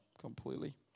completely